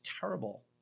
terrible